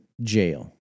jail